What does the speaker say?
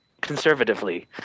conservatively